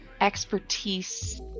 expertise